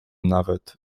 nawet